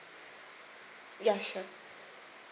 ya sure